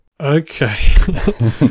Okay